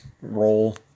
role